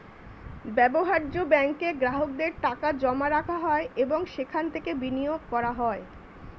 ব্যবহার্য ব্যাঙ্কে গ্রাহকদের টাকা জমা রাখা হয় এবং সেখান থেকে বিনিয়োগ করা হয়